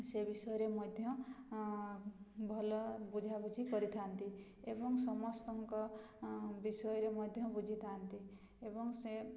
ସେ ବିଷୟରେ ମଧ୍ୟ ଭଲ ବୁଝା ବୁଝି କରିଥାନ୍ତି ଏବଂ ସମସ୍ତଙ୍କ ବିଷୟରେ ମଧ୍ୟ ବୁଝିଥାନ୍ତି ଏବଂ ସେ